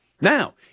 Now